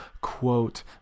quote